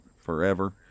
forever